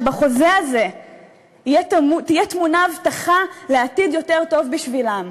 שבחוזה הזה תהיה טמונה הבטחה לעתיד יותר טוב בשבילם,